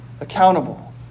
accountable